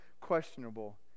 questionable